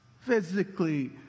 Physically